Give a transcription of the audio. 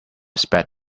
sped